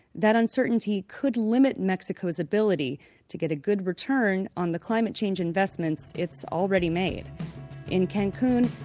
that uncertainty could limit mexico's ability to get a good return on the climate change investments it's already made in cancun,